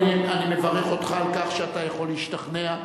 אני מברך אותך על כך שאתה יכול להשתכנע.